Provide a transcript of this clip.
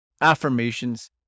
affirmations